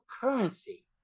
currency